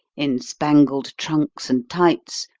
in spangled trunks and tights,